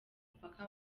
mupaka